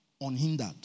Unhindered